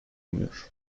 umuyor